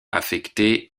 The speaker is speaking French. affectés